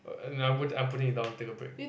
I'm I'm putting it down to take a break